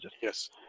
Yes